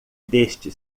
deste